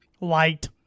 light